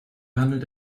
handelt